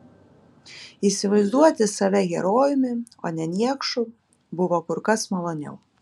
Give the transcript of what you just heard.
įsivaizduoti save herojumi o ne niekšu buvo kur kas maloniau